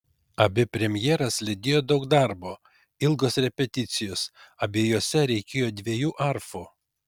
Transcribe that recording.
abi premjeras lydėjo daug darbo ilgos repeticijos abiejose reikėjo dviejų arfų